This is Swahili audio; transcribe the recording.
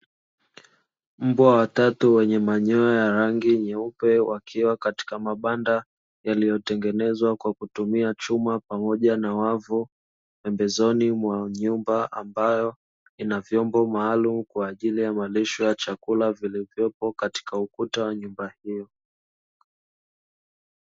Mbwa watatu wenye manyoya ya rangi nyeupe, wakiwa katika mabanda yaliyotengenezwa kwa kutumia chuma pamoja na wavu, pembezoni mwa nyumba ambayo inavyombo maaluma kwa ajili ya malisho ya chakula vilivyopo katika ukuta wa ngumba hiyo.